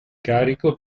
carico